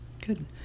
Good